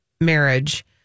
marriage